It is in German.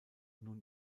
nun